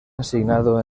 asignado